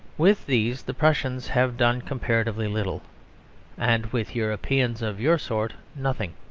with these the prussians have done comparatively little and with europeans of your sort nothing.